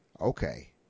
okay